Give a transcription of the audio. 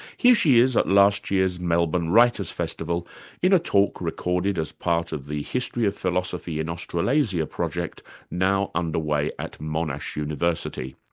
here she is at last year's melbourne writers' festival in a talk recorded as part of the history of philosophy in australasia project now under way at monash university.